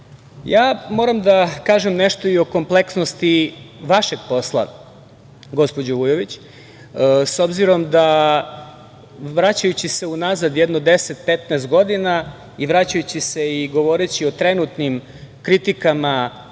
da kažem nešto i o kompleksnosti vašeg posla, gospođo Vujović. S obzirom da, vraćajući se unazad jedno 10-15 godina i vraćajući se i govoreći o trenutnim kritikama